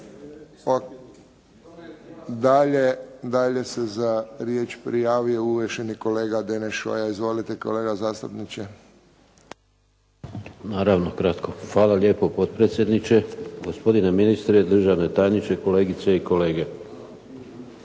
dalje se za riječ prijavio uvaženi kolega Deneš Šoja. Izvolite kolega zastupniče. **Šoja, Deneš (Nezavisni)** Naravno kratko. Hvala lijepo potpredsjedniče, gospodine ministre, državni tajničke, kolegice i kolege.